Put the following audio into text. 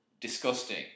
disgusting